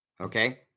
Okay